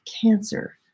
cancer